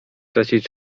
tracić